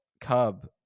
Cub